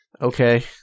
Okay